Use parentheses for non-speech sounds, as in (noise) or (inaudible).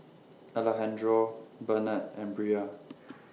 Alejandro Benard and Bria (noise)